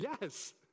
yes